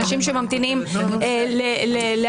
אנשים ממתינים להכרעות,